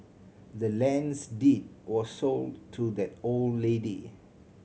the land's deed was sold to that old lady